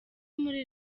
muri